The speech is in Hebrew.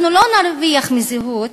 אנחנו לא נרוויח מזהות